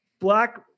Black